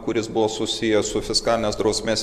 kuris buvo susijęs su fiskalinės drausmės